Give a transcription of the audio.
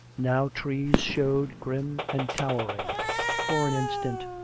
now trees showed grim and towering for an insrtant,